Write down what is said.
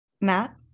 Matt